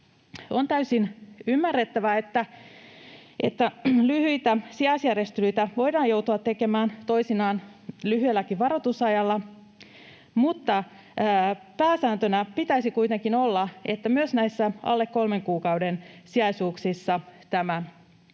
On täysin ymmärrettävää, että lyhyitä sijaisjärjestelyjä voidaan joutua tekemään toisinaan lyhyelläkin varoitusajalla, mutta pääsääntönä pitäisi kuitenkin olla, että myös näissä alle kolmen kuukauden sijaisuuksissa tämä